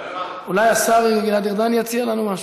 אולי השר גלעד ארדן יציע לנו משהו?